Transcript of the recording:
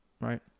Right